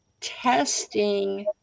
testing